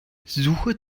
suche